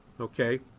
Okay